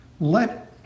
Let